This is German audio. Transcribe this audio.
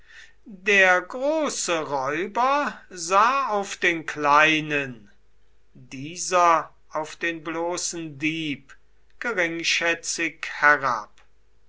der große räuber sah auf den kleinen dieser auf den bloßen dieb geringschätzig herab